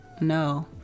no